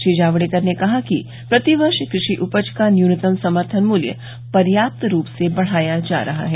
श्री जावडेकर ने कहा कि प्रति वर्ष कृषि उपज का न्यूनतम समर्थन मूल्य पर्याप्त रूप से बढाया जा रहा है